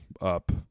up